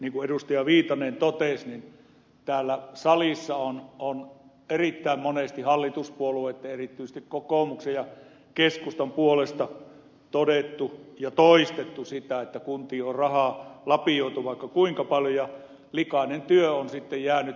viitanen totesi kuntien palvelujen järjestämisestä niin täällä salissa on erittäin monesti hallituspuolueitten erityisesti kokoomuksen ja keskustan puolesta todettu ja toistettu sitä että kuntiin on rahaa lapioitu vaikka kuinka paljon ja likainen työ on sitten jäänyt kuntapäättäjille